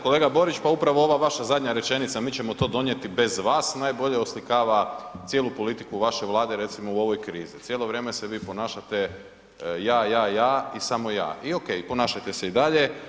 Kolega Borić, pa upravo ova vaša zadnja rečenica, mi ćemo to donijeti bez vas najbolje oslikava cijelu politiku vaše Vlade recimo u ovoj krizi, cijelo vrijeme se vi ponašate ja, ja, ja i samo ja i okej i ponašajte se i dalje.